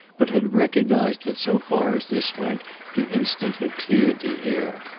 but had recognised that so far as this went the instant had cleared the air.